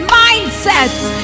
mindsets